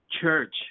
church